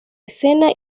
escena